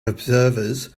observers